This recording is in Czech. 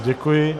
Děkuji.